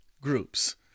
groups